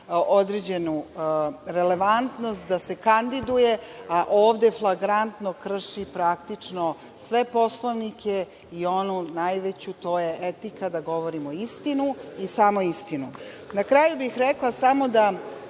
određenu relevantnost da se kandiduje, a ovde flagrantno krši praktično sve poslovnike i onu najveću, to je etika, da govorimo istinu i samo istinu. Na kraju bih rekla samo da,